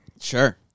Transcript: Sure